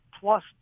plus